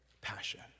passion